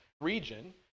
region